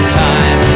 time